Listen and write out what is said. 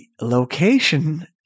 location